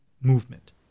movement